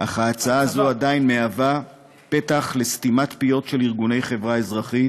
אך ההצעה הזו עדיין מהווה פתח לסתימת פיות של ארגוני חברה אזרחית.